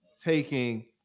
taking